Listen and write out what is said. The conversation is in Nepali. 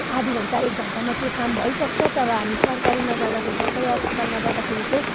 आधा घन्टा एक घन्टामा त्यो काम भइसक्छ तर हामी सरकारीमा जाँदाखेरि सरकारी अस्पतालमा जाँदाखेरि चाहिँ